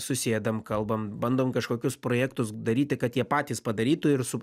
susėdam kalbam bandom kažkokius projektus daryti kad jie patys padarytų ir su